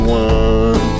one